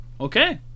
Okay